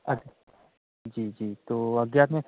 अच्छा जी जी तो अज्ञात में